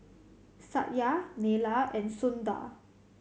Satya Neila and Sundar